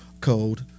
code